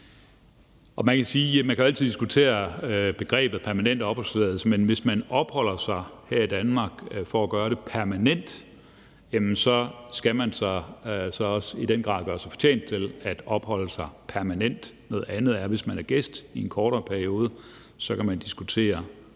Man kan altid diskutere begrebet permanent opholdstilladelse, men hvis man opholder sig her i Danmark for at gøre det permanent, skal man i den grad også gøre sig fortjent til at opholde sig permanent. Noget andet er, hvis man er gæst i en kortere periode; så kan vi diskutere, hvad